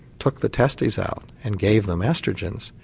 took the testes out and gave them oestrogens,